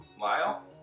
Lyle